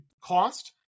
cost